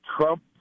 Trump